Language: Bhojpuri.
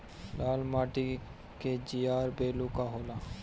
लाल माटी के जीआर बैलू का होला?